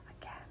again